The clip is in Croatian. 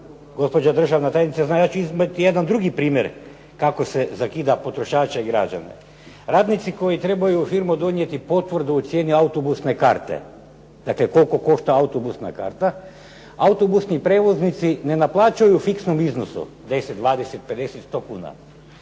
gospođa državna tajnica zna, ja ću iznijeti jedan drugi primjer kako se zakida potrošače i građane. Radnici koji trebaju u firmu donijeti potvrdu o cijeni autobusne karte, dakle koliko košta autobusna karta autobusni prijevoznici ne naplaćuju u fiksnom iznosu 10, 20, 50, 100 kuna